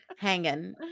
Hanging